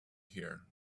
here